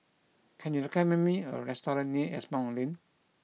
can you recommend me a restaurant near Asimont Lane